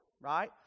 right